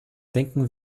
denken